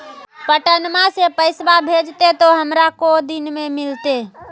पटनमा से पैसबा भेजते तो हमारा को दिन मे मिलते?